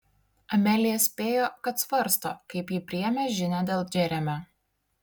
amelija spėjo kad svarsto kaip ji priėmė žinią dėl džeremio